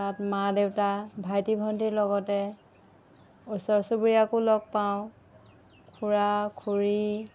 তাত মা দেউতা ভাইটি ভণ্টিৰ লগতে ওচৰ চুবুৰীয়াকো লগ পাওঁ খুৰা খুৰী